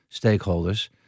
stakeholders